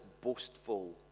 boastful